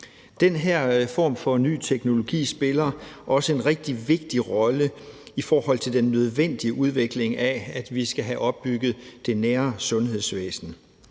Den her form for ny teknologi spiller også en rigtig vigtig rolle i den nødvendige udvikling for, at vi kan opbygge det nære sundhedsvæsen,